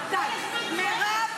--- מירב,